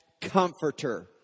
comforter